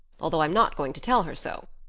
although i'm not going to tell her so.